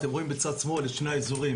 בצד שמאל יש שני אזורים,